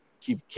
keep